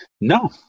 no